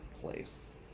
place